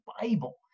Bible